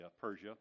Persia